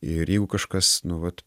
ir jeigu kažkas nu vat